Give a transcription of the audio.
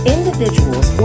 Individuals